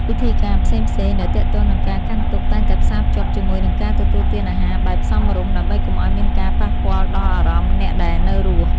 ពិធីការផ្សេងៗដែលទាក់ទងនឹងការកាន់ទុក្ខតែងតែផ្សារភ្ជាប់ជាមួយនឹងការទទួលទានអាហារបែបសមរម្យ ដើម្បីកុំឱ្យមានការប៉ះពាល់ដល់អារម្មណ៍អ្នកដែលនៅរស់។